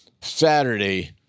Saturday